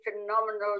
phenomenal